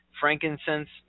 frankincense